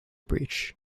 breach